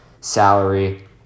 Salary